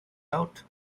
out